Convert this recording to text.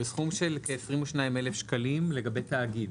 הוא בסכום של כ-22,000 לגבי תאגיד.